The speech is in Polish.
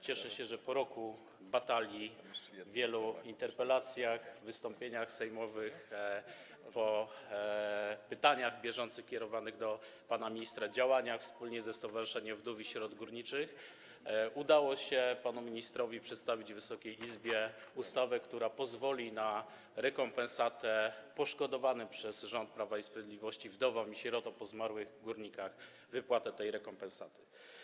Cieszę się, że po roku batalii, wielu interpelacjach, wystąpieniach sejmowych, po pytaniach bieżących kierowanych do pana ministra, działaniach podejmowanych wspólnie ze Stowarzyszeniem Wdów i Sierot Górniczych udało się panu ministrowi przedstawić Wysokiej Izbie ustawę, która pozwoli na rekompensatę poszkodowanym przez rząd Prawa i Sprawiedliwości wdowom i sierotom po zmarłych górnikach, na wypłatę tej rekompensaty.